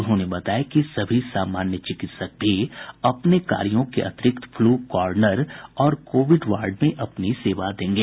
उन्होंने बताया कि सभी समान्य चिकित्सक भी अपने कार्यों के अतिरिक्त फ्लू कॉर्नर और कोविड वार्ड में भी अपनी सेवा देंगे